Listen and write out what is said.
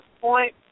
point